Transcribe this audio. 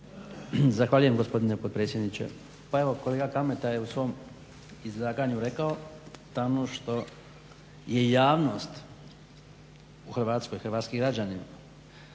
Zahvaljujem gospodine potpredsjedniče. Pa evo kolega Kalmeta je u svom izlaganju rekao … što je javnost u Hrvatskoj, hrvatski građani